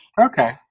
Okay